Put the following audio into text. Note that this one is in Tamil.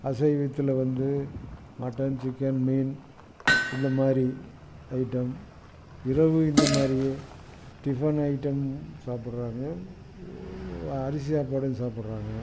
அசைவத்தில் வந்து மட்டன் சிக்கன் மீன் இந்தமாதிரி ஐட்டம் இரவு இந்த மாதிரியே டிஃபன் ஐட்டம் சாப்பிடுவாங்க அரிசி சாப்பாடும் சாப்பிட்றாங்க